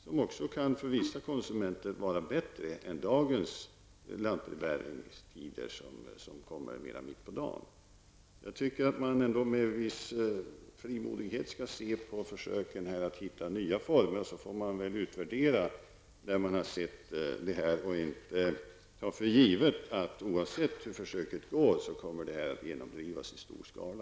För vissa konsumenter kan detta vara bättre än dagens lantbrevbäringstider mitt på dagen. Jag tycker att man ändå med en viss frimodighet skall se på postens försök att hitta nya former. Sedan får man väl utvärdera det hela och inte ta för givet att nyordningen, oavsett hur försöket går, skall genomdrivas i stor skala.